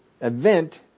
event